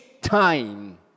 time